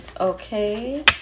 Okay